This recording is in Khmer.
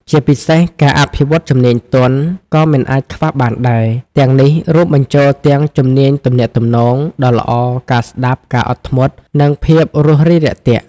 ជាពិសេសការអភិវឌ្ឍន៍ជំនាញទន់ ក៏មិនអាចខ្វះបានដែរ ទាំងនេះរួមបញ្ចូលទាំង ជំនាញទំនាក់ទំនង ដ៏ល្អ ការស្តាប់ ការអត់ធ្មត់ និងភាពរួសរាយរាក់ទាក់។